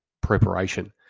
preparation